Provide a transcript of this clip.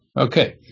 okay